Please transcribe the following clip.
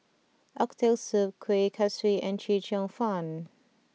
Oxtail Soup Kueh Kaswi and Chee Cheong Fun